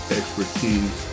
expertise